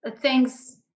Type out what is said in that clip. thanks